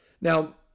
Now